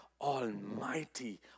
Almighty